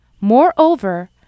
Moreover